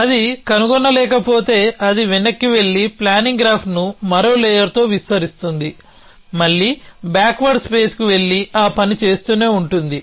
అది కనుగొనలేకపోతే అది వెనక్కి వెళ్లి ప్లానింగ్ గ్రాఫ్ను మరో లేయర్తో విస్తరిస్తుంది మళ్లీ బ్యాక్వర్డ్ స్పేస్కి వెళ్లి ఆ పని చేస్తూనే ఉంటుంది